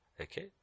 Okay